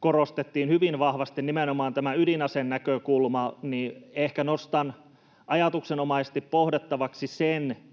korostettiin hyvin vahvasti, eli nimenomaan tämä ydinasenäkökulma. Ehkä nostan ajatuksenomaisesti pohdittavaksi sen,